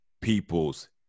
people's